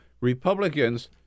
Republicans